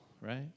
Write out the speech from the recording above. right